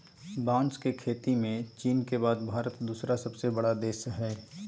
बांस के खेती में चीन के बाद भारत दूसरा सबसे बड़ा देश हइ